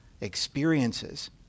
experiences